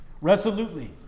Resolutely